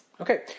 Okay